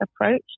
approach